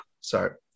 Sorry